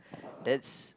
that's